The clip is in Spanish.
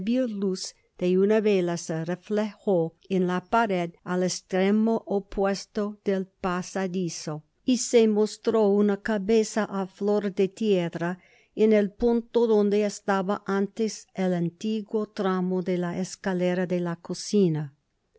de una vela se reflejo en la pared al extremo opuesto del pasadizo y se mostró una cabeza á flor de tierra en el punto donde estaba antes el antiguo tramo de la escalera de la cocina